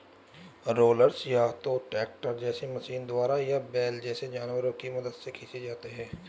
rollers या तो tractor जैसे मशीनों द्वारा या बैल जैसे जानवरों की मदद से खींचे जाते हैं